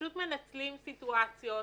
פשוט מנצלים סיטואציות,